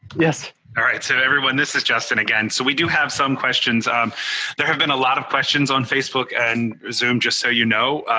yes alright, so everyone this is justin again. so we do have some questions there have been a lot of questions on facebook and zoom, just so you know,